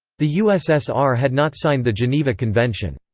the ussr had not signed the geneva convention.